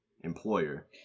employer